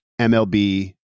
MLB